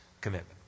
commitment